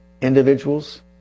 individuals